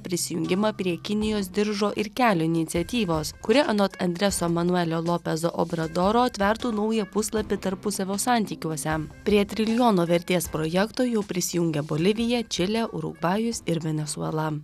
prisijungimą prie kinijos diržo ir kelio iniciatyvos kuri anot andreso manuelio lopezo obredoro atvertų naują puslapį tarpusavio santykiuose prie trilijono vertės projekto jau prisijungė bolivija čilė urugvajus ir venesuela